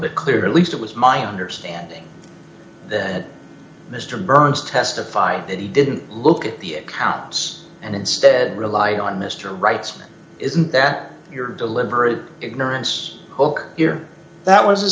bit clearer least it was my understanding that mr burns testified that he didn't look at the accounts and instead rely on mr right isn't that your deliberate ignorance book here that was